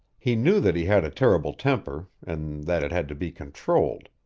he knew that he had a terrible temper, and that it had to be controlled.